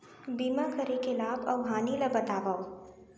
बीमा करे के लाभ अऊ हानि ला बतावव